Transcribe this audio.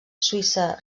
suïssa